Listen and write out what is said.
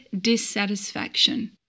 dissatisfaction